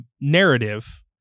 narrative